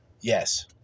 yes